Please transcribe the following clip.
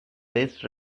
best